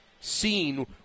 seen